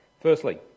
firstly